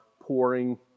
pouring